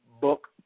Book